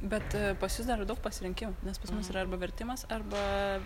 bet pas jus dar yra daug pasirinkimų nes pas mus yra arba vertimas arba